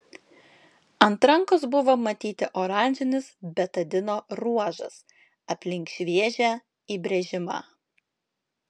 ant rankos buvo matyti oranžinis betadino ruožas aplink šviežią įbrėžimą